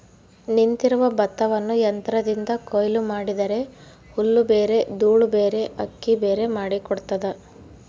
ನಿಂತಿರುವ ಭತ್ತವನ್ನು ಯಂತ್ರದಿಂದ ಕೊಯ್ಲು ಮಾಡಿದರೆ ಹುಲ್ಲುಬೇರೆ ದೂಳುಬೇರೆ ಅಕ್ಕಿಬೇರೆ ಮಾಡಿ ಕೊಡ್ತದ